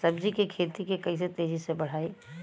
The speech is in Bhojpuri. सब्जी के खेती के कइसे तेजी से बढ़ाई?